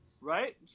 Right